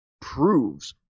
proves